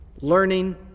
learning